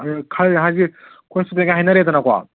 ꯑꯗꯨꯅꯦ ꯈꯔ ꯍꯥꯏꯗꯤ ꯑꯩꯈꯣꯏ ꯁꯤꯉꯩ ꯍꯥꯏꯅꯔꯦꯗꯅꯀꯣ